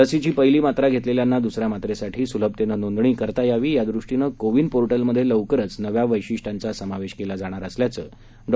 लसीची पहिली मात्रा घेतलेल्यांना दुसऱ्या मात्रेसाठी सुलभतेनं नोंदणी करता यावी यादृष्टीनं कोविन पोर्टलमधे लवकरच नव्या वैशिष्ट्यांचा समावेश केला जाणार असल्याचं डॉ